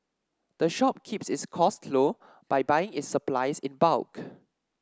the shop keeps its costs low by buying its supplies in bulk